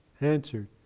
answered